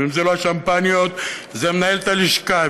ואם זה לא השמפניות זה מנהלת הלשכה,